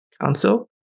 council